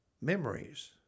memories